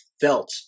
felt